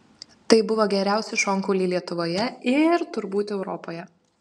tai buvo geriausi šonkauliai lietuvoje ir turbūt europoje